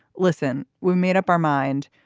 listen, we've made up our mind.